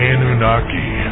Anunnaki